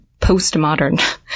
postmodern